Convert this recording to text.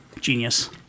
genius